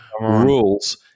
rules